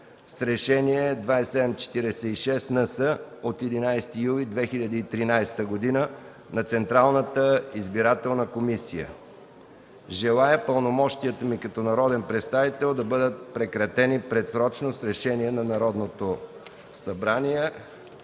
с Решение № 2746-НС от 11 юли 2013 г. на Централната избирателна комисия. Желая пълномощията ми като народен представител да бъдат прекратени предсрочно с решение на Народното събрание.”